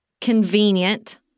convenient